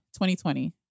2020